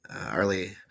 Arlie